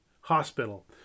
hospital